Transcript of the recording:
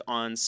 on